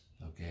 Okay